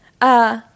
Uh